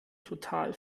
total